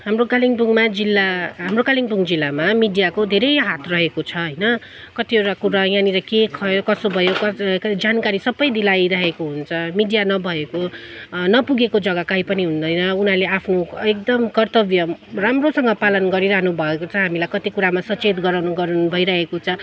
हाम्रो कालिम्पोङमा जिल्ला हाम्रो कालिम्पोङ जिल्लामा मिडियाको धेरै हात रहेको छ होइन कतिवटा कुरा यहाँनिर के खायो कसो भयो कसो सबै जानकारी दिलाइ राखेको हुन्छ मिडिया नभएको नपुगेको जग्गा कहीँ पनि हुँदैन उनीहरूले आफ्नो एकदम कर्तव्य राम्रोसँग पालन गरिरहनु भएको छ हामीलाई कति कुरामा सचेत गराउँनु गराउँनु भइरहेको छ